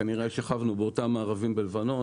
כנראה שכבנו באותם מארבים בלבנון,